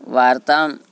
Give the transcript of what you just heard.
वार्ताम्